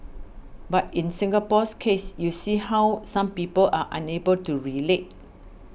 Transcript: but in Singapore's case you see how some people are unable to relate